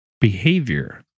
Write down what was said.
behavior